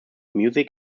music